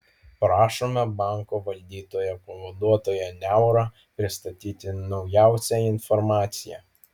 prašome banko valdytojo pavaduotoją niaurą pristatyti naujausią informaciją